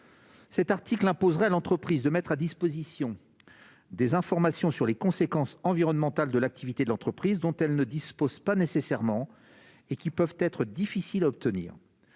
Cet article imposerait à l'entreprise de mettre à disposition des informations sur les conséquences environnementales de l'activité de l'entreprise, dont elle ne disposent pas nécessairement et qui peuvent être difficiles à obtenir